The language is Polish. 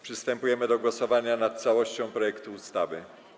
Przystępujemy do głosowania nad całością projektu ustawy.